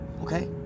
Okay